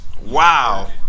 Wow